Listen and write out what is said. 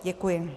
Děkuji.